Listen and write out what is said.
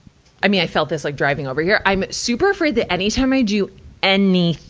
i mean, i felt this like driving over here. i'm super afraid that anytime i do anything,